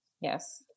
Yes